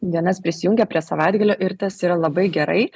dienas prisijungia prie savaitgalio ir tas yra labai gerai